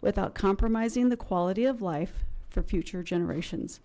without compromising the quality of life for future generations